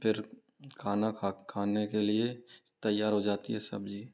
फिर खाना खाने के लिए तैयार हो जाती है सब्ज़ी